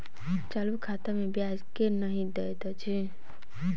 चालू खाता मे ब्याज केल नहि दैत अछि